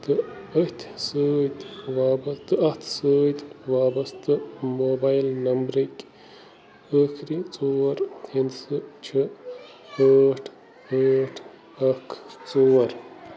تہٕ ٲتھۍ سۭتۍ واب تہٕ اتھ سۭتۍ وابستہٕ موبایِل نمبرٕکۍ ٲخری ژور ہِنٛدسہٕ چھِ ٲٹھ ٲٹھ اکھ ژور